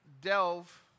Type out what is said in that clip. delve